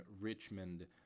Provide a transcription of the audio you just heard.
Richmond